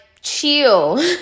chill